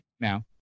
now